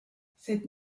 cette